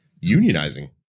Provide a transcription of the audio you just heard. unionizing